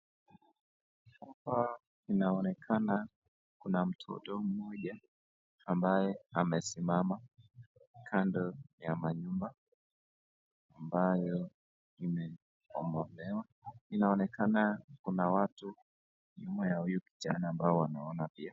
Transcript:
Hapa inaonekana kuna mtoto mmoja ambaye amesimama kando ya manyumba, ambayo imebomolewa, inaonekana kuna watu nyuma ya huyo kijana ambao wameona pia.